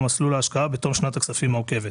מסלול ההשקעה בתום שנת הכספים העוקבת.